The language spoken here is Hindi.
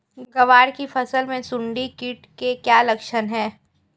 ग्वार की फसल में सुंडी कीट के क्या लक्षण है?